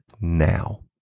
now